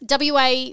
WA